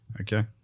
Okay